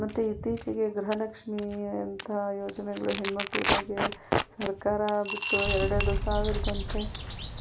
ಮತ್ತು ಇತ್ತೀಚಿಗೆ ಗೃಹಲಕ್ಷ್ಮೀ ಅಂತ ಯೋಜನೆಗಳು ಹೆಣ್ಮಕ್ಕಳಿಗಾಗಿಯೇ ಸರ್ಕಾರ ಬಿಟ್ಟು ಎರಡೆರಡು ಸಾವಿರದಂತೆ